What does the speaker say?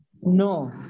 No